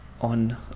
on